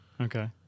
Okay